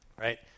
Right